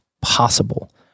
possible